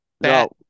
No